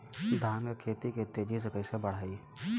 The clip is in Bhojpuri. धान क खेती के तेजी से कइसे बढ़ाई?